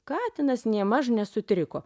katinas nėmaž nesutriko